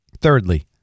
Thirdly